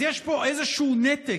אז יש פה איזשהו נתק